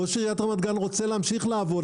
ראש עיריית רמת גן רוצה להמשיך לעבוד,